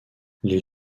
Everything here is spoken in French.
les